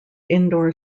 indoor